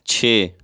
چھ